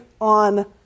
on